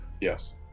Yes